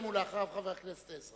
חבר הכנסת אמסלם, ואחריו, חבר הכנסת עזרא.